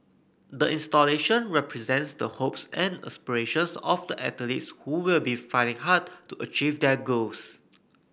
the installation represents the hopes and aspirations of the athletes who will be fighting hard to achieve their goals